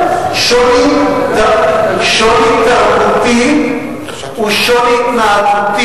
שוב: שוני תרבותי הוא שוני, מה?